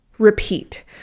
repeat